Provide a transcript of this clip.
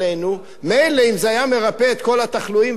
מילא אם זה היה מרפא את כל התחלואים וסוגר את הבור,